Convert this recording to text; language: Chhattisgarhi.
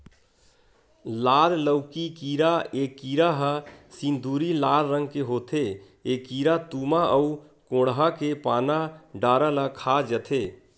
लाल लौकी कीरा ए कीरा ह सिंदूरी लाल रंग के होथे ए कीरा तुमा अउ कोड़हा के पाना डारा ल खा जथे